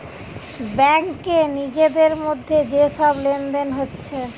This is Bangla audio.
ব্যাংকে নিজেদের মধ্যে যে সব লেনদেন হচ্ছে